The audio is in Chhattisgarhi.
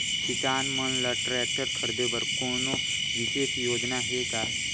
किसान मन ल ट्रैक्टर खरीदे बर कोनो विशेष योजना हे का?